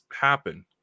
happen